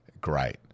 great